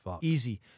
Easy